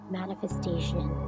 manifestation